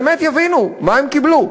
באמת יבינו מה הם קיבלו.